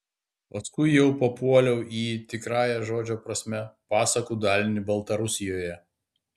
paskui jau papuoliau į tikrąja žodžio prasme pasakų dalinį baltarusijoje